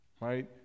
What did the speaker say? right